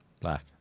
Black